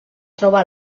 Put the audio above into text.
troba